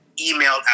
email